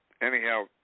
anyhow